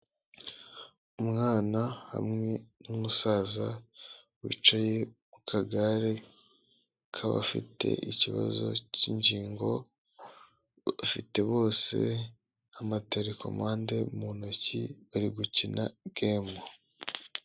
Umwana hamwe n'umusaza wicaye mu kagare kabafite ikibazo cy'ingingo, bafite bose amaterekomande mu ntoki bari gukina gemu.